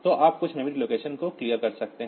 तो आप कुछ मेमोरी लोकेशन को क्लियर कर सकते हैं